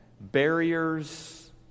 barriers